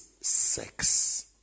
sex